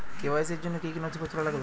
KYC র জন্য কি কি নথিপত্র লাগবে?